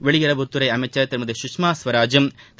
வெளியுறவுத்துறை அமைச்சர் திருமதி சுஷ்மா ஸ்வராஜும் திரு